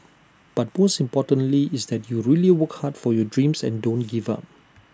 but most importantly is that you really work hard for your dreams and don't give up